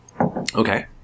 Okay